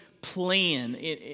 plan